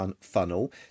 funnel